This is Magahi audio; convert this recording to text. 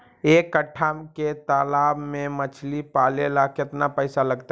एक कट्ठा के तालाब में मछली पाले ल केतना पैसा लगतै?